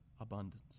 abundance